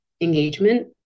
engagement